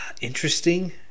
interesting